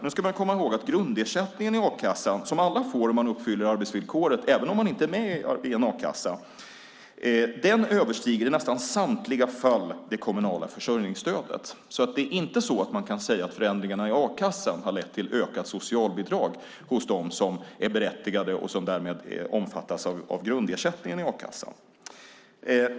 Man ska komma ihåg att den grundersättning i a-kassan som alla får som uppfyller arbetsvillkoret, även de som inte är med i en a-kassa, i nästan samtliga fall överstiger det kommunala försörjningsstödet. Man kan alltså inte säga att förändringarna i a-kassan har lett till ökade socialbidrag bland dem som omfattas av och därmed är berättigade till grundersättningen i a-kassan.